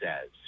says